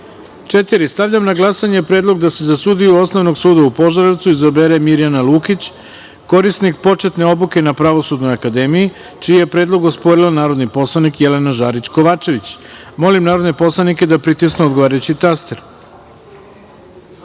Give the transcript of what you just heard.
Pazaru. Stavljam na glasanje predlog da se za sudiju Osnovnog suda u Požarevcu izabere Mirjana Lukić, korisnik početne obuke na Pravosudnoj akademiji, čiji je predlog osporila narodni poslanik Jelena Žarić Kovačević. Molim narodne poslanike da pritisnu odgovarajući